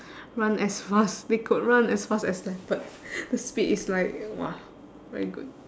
run as fast they could run as fast as leopard the speed is like !wah! very good